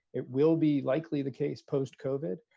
it will be likely the case post kovat,